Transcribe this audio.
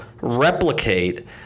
replicate